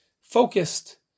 focused